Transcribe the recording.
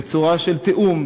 בצורה של תיאום,